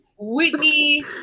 whitney